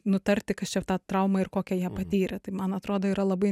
nutarti kas čia tą traumą ir kokią ją patyrė tai man atrodo yra labai